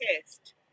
Test